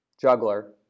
juggler